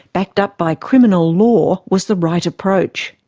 backed up by criminal law, was the right approach.